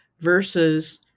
versus